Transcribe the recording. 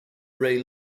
ray